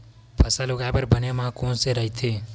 फसल उगाये बर बने माह कोन से राइथे?